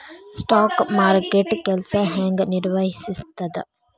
stock ಮಾರುಕಟ್ಟೆ ಕೆಲ್ಸ ಹೆಂಗ ನಿರ್ವಹಿಸ್ತದ